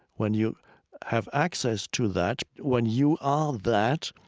when you have access to that, when you are that,